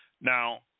Now